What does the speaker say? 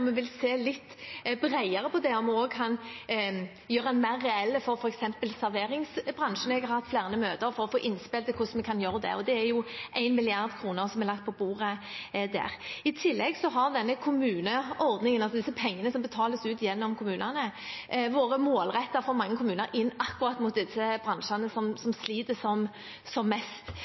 vi også kan gjøre mer innen f.eks. serveringsbransjen. Jeg har hatt flere møter for å få innspill til hvordan vi kan gjøre det. Det er 1 mrd. kr som er lagt på bordet der. I tillegg har kommuneordningen, altså de pengene som betales ut gjennom kommunene, i mange kommuner vært målrettet mot akkurat de bransjene som sliter mest. Så jeg mener at vi gjør begge deler – vi gir generelt, og så gir vi spisset mot dem som